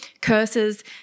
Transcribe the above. curses